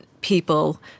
people